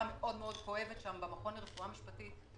מאוד מאוד כואבת לידי ביטוי במכון לרפואה משפטית.